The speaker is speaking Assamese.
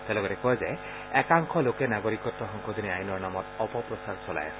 তেওঁ লগতে কয় যে একাংশ লোকে নাগৰিকত্ব সংশোধনী আইনৰ নামত অপপ্ৰচাৰ চলাই আছে